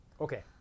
Okay